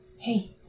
Hey